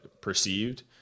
perceived